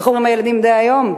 איך אומרים הילדים דהיום?